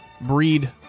Breed